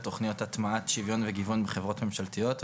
תוכניות הטמעת שוויון וגיוון בחברות ממשלתיות.